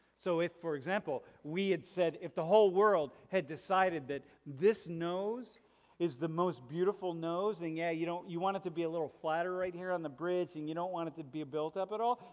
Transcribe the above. so if for example we had said if the whole world had decided that this nose is the most beautiful nose and yeah you don't you want it to be a little flatter right here on the bridge and you don't want it to be built up at all,